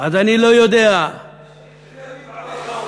תגיד את זה בערבית.